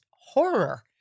horror